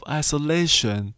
isolation